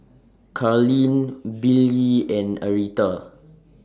Carleen Billye and Aretha